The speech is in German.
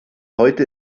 heute